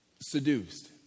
seduced